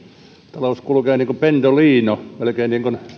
talous kulkee niin kuin pendolino elikkä niin kuin